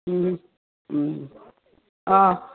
অঁ